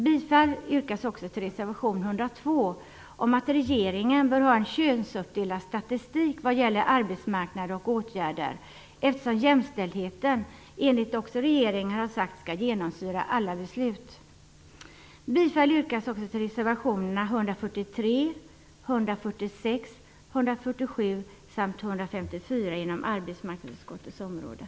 Jag yrkar också bifall till reservation 102 om att regeringen bör ha en könsuppdelad statistik vad gäller arbetsmarknad och arbetsmarknadsåtgärder, eftersom jämställdheten enligt regeringen skall genomsyra alla beslut. Jag yrkar dessutom bifall till reservationerna